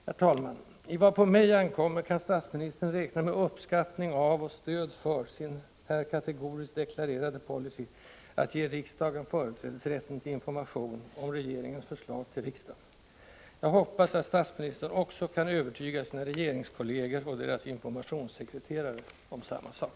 Herr talman! I vad på mig ankommer kan statsministern räkna med uppskattning av och stöd för sin här kategoriskt deklarerade policy att ge riksdagen företrädesrätten till information om regeringens förslag till riksdagen. Jag hoppas att statsministern också kan övertyga sina regeringskolleger och deras informationssekreterare om samma sak.